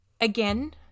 Again